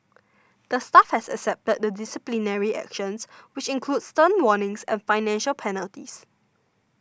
the staff has accepted the disciplinary actions which include stern warnings and financial penalties